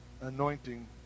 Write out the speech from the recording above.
anointing